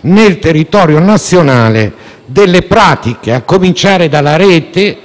sul territorio nazionale delle pratiche, a cominciare dalla rete